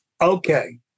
okay